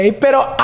pero